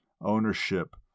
ownership